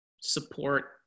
support